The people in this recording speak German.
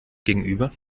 gegenüber